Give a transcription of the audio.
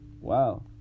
Wow